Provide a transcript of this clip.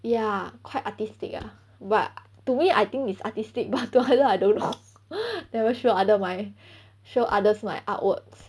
ya quite artistic lah but to me I think it's artistic but to others I don't know never show others my show others my artworks